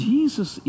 Jesus